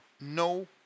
no